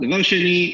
דבר שני,